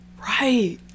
Right